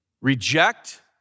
reject